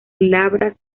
glabras